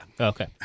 Okay